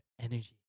energy